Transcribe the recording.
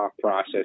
process